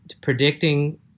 predicting